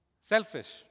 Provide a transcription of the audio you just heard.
Selfish